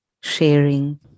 sharing